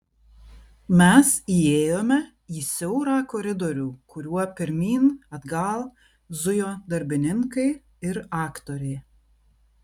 mes įėjome į siaurą koridorių kuriuo pirmyn atgal zujo darbininkai ir aktoriai